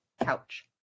couch